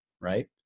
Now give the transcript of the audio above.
right